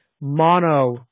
mono